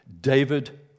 David